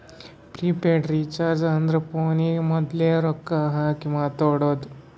prepaid recharge ಅಂದುರ್ ಫೋನಿಗ ಮೋದುಲೆ ರೊಕ್ಕಾ ಹಾಕಿ ಮಾತಾಡೋದು